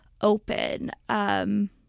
open